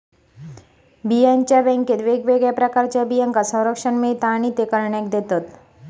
बियांच्या बॅन्केत वेगवेगळ्या प्रकारच्या बियांका संरक्षण मिळता आणि ते करणाऱ्याक देतत